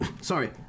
sorry